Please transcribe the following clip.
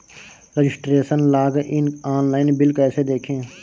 Registration login online bill कैसे देखें?